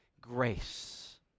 grace